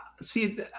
See